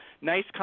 nice